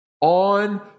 on